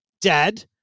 dad